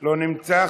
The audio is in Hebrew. לא נמצא,